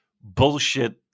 bullshit